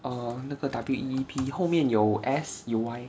err 那个 W E P 后面有 S 有 Y